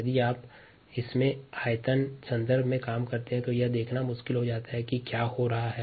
यदि आप यहाँ मात्रा के संदर्भ में गणना करते हैं तो मानक प्रश्नों का हल निकालना मुश्किल हो जाता है